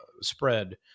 spread